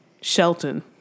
Shelton